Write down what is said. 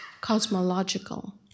cosmological